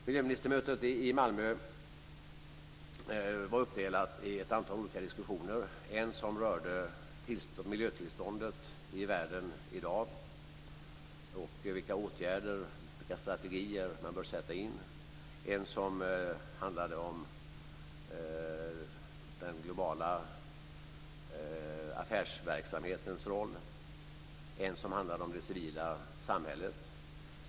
Miljöministermötet i Malmö var uppdelat i ett antal olika diskussioner - en som rörde miljötillståndet i världen i dag och vilka åtgärder och strategier man bör sätta in och en som handlade om den globala affärsverksamhetens roll. Det var en som handlade om det civila samhället.